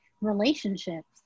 relationships